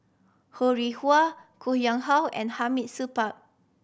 Ho Rih Hwa Koh How and Hamid Supaat